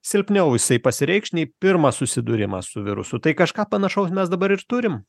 silpniau jisai pasireikš nei pirmą susidūrimą su virusu tai kažką panašaus mes dabar ir turim